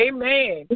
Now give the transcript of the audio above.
Amen